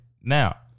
Now